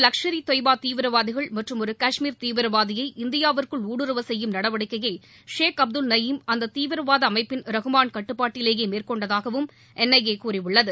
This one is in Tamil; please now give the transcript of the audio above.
லஷ்கர் இ தொய்பா தீவிரவாதிகள் மற்றும் ஒரு கஷ்மீர் தீவிரவாதியை இரண்டு இந்தியாவிற்குள் ஊடுருவ செய்யும் நடவடிக்கையை ஷேக் அப்துல் நையீம் அந்த தீவிரவாத அமைப்பின் ரஹ்மான் கட்டுப்பாட்டிலேயே மேற்கொண்டதாகவும் என் ஐ ஏ கூறியுள்ளது